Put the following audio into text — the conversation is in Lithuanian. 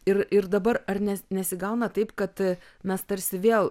ir ir dabar ar ne nesigauna taip kad mes tarsi vėl